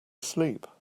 asleep